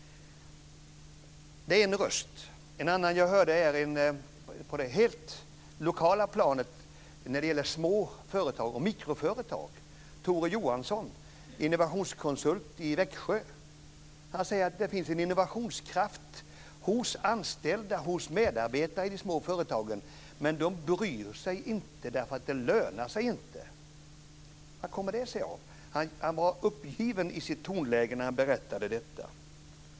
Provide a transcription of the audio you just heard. Det är en röst. En annan jag hörde är på det helt lokala planet när det gäller små företag och mikroföretag. Tore Johansson, innovationskonsult i Växjö, säger att det finns en innovationskraft hos anställda medarbetare i de små företagen, men de bryr sig inte, därför att det lönar sig inte. Vad kommer det sig av? Han var uppgiven i sitt tonläge när han berättade detta.